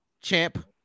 Champ